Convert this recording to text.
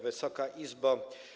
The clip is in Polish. Wysoka Izbo!